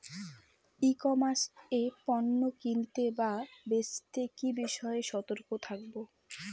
ই commerce এ পণ্য কিনতে বা বেচতে কি বিষয়ে সতর্ক থাকব?